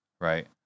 right